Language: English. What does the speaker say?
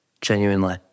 Genuinely